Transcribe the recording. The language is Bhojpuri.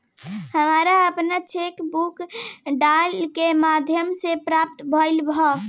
हमरा आपन चेक बुक डाक के माध्यम से प्राप्त भइल ह